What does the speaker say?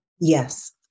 Yes